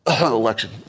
Election